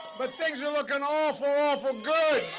but things are looking awful, awful good.